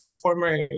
former